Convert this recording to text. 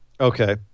Okay